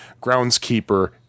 groundskeeper